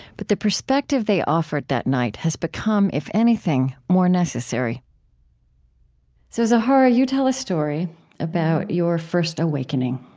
but the perspective they offered that night has become, if anything, more necessary so, zoharah, you tell a story about your first awakening.